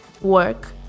work